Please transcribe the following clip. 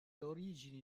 origini